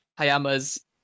Hayama's